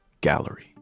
gallery